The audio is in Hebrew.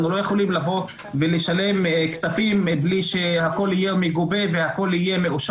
אנחנו לא יכולים לבוא ולשלם כספים מבלי שהכל יהיה מגובה ומאושר.